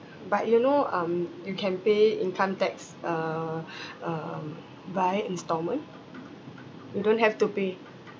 but you know um you can pay income tax uh um via instalment you don't have to pay